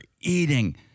eating